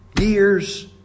years